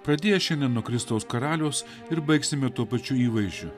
pradės šiandien nuo kristaus karaliaus ir baigsime tuo pačiu įvaizdžiu